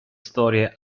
storie